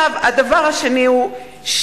הדבר השני הוא,